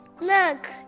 Look